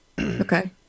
Okay